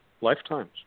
lifetimes